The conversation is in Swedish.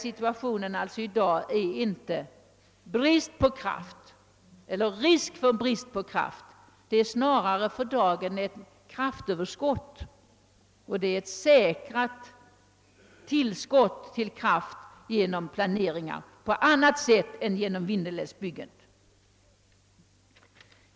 Situationen i dag är inte risk för brist på kraft — snarare råder för dagen ett överskott på kraft, vilket säkrats genom planeringar på annat sätt än genom Vindelälvsbygget.